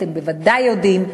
אתם בוודאי יודעים,